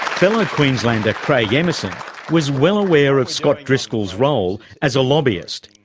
fellow queenslander craig emerson was well aware of scott driscoll's role as a lobbyist,